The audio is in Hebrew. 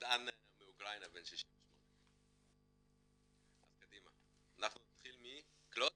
מדען מאוקראינה בן 68. קדימה, נתחיל מקלוד.